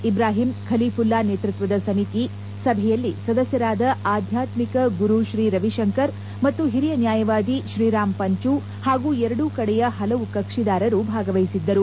ಇಬ್ರಾಹಿಂ ಖಲೀಫುಲ್ಲಾ ನೇತೃತ್ವದ ಸಮಿತಿ ಸಭೆಯಲ್ಲಿ ಸದಸ್ಯರಾದ ಆಧ್ಯಾತ್ಮಿಕ ಗುರು ಶ್ರೀ ರವಿಶಂಕರ್ ಮತ್ತು ಹಿರಿಯ ನ್ಯಾಯವಾದಿ ಶ್ರೀರಾಮ್ ಪಂಚು ಹಾಗೂ ಎರಡೂ ಕಡೆಯ ಹಲವು ಕಕ್ಷೀದಾರರು ಭಾಗವಹಿಸಿದ್ದರು